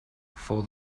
for